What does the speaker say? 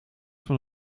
van